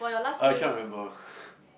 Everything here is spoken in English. I cannot remember